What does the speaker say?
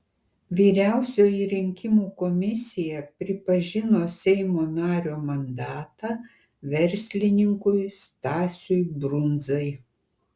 vyriausioji rinkimų komisija pripažino seimo nario mandatą verslininkui stasiui brundzai